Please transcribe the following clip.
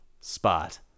Spot